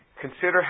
Consider